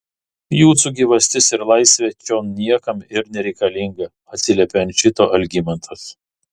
jūsų gyvastis ir laisvė čion niekam ir nereikalinga atsiliepė ant šito algimantas